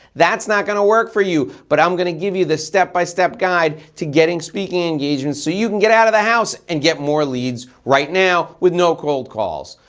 that's not gonna work for you. but i'm gonna give you the step-by-step guide to getting speaking engagements, so you can get out of the house and get more leads right now with no cold calls.